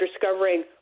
discovering